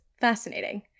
fascinating